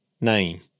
name